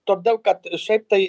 todėl kad šiaip tai